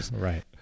Right